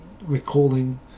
recalling